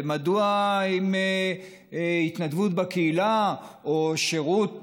ומדוע אם התנדבות בקהילה או שירות בצבא,